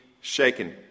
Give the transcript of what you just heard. shaken